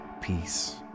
peace